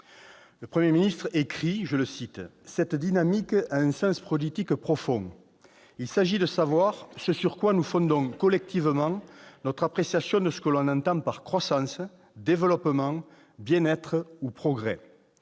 le Premier ministre :« Cette dynamique [...] a un sens politique profond. Il s'agit de savoir ce sur quoi nous fondons collectivement notre appréciation de ce que l'on entend par croissance, développement, bien-être ou progrès. »